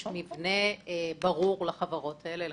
יש מבנה ברור לחברות האלו.